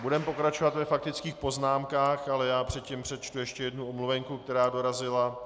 Budeme pokračovat ve faktických poznámkách, ale předtím přečtu ještě jednu omluvenku, která dorazila.